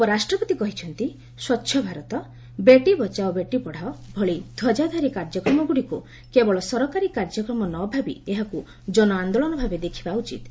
ଉପରାଷ୍ଟ୍ରପତି କହିଛନ୍ତି ସ୍ୱଚ୍ଛ ଭାରତ ବେଟି ବଚାଓ ବେଟି ପଢ଼ାଓ ଭଳି ଧ୍ୱଜାଧାରୀ କାର୍ଯ୍ୟକ୍ରମଗୁଡ଼ିକୁ କେବଳ ସରକାରୀ କାର୍ଯ୍ୟକ୍ରମ ନଭାବି ଏହାକୁ ଜନଆନ୍ଦୋଳନ ଭାବେ ଦେଖିବା ଉଚିତ୍